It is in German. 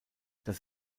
das